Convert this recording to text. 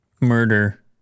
murder